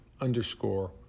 underscore